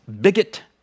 bigot